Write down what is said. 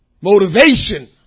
motivation